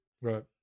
Right